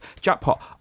Jackpot